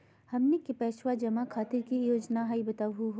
हमनी के पैसवा जमा खातीर की की योजना हई बतहु हो?